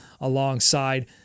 alongside